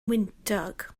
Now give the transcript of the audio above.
wyntog